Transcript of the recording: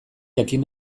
jakin